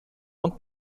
und